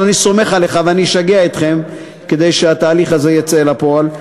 אבל אני סומך עליך ואני אשגע אתכם כדי שהתהליך הזה יצא אל הפועל.